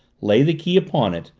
lay the key upon it,